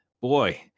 boy